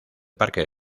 parque